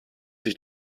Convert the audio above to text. sich